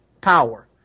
Power